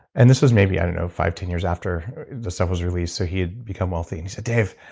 and this was maybe, i don't know, five, ten years after the stuff was released, so he had become wealthy. he said dave,